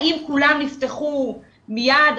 האם כולם יפתחו מיד,